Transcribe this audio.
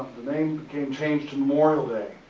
the name became changed to memorial day.